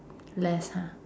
less ha